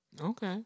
Okay